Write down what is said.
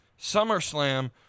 SummerSlam